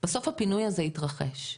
בסוף הפינוי הזה יתרחש.